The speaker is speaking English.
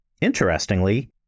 Interestingly